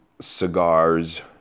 cigars